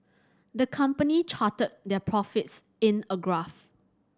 the company charted their profits in a graph